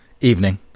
evening